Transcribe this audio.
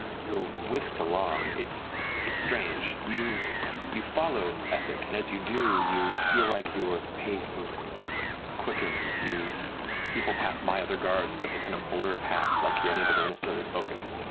you're whisked along. it's it's strange. you you follow essek and as you do, you feel like your pace is quickened. and people pass by other guards, but they kind of blur past, like you're unable to necessarily focus.